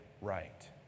right